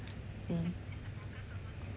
mm